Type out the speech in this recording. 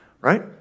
right